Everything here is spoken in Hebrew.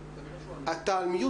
את המענה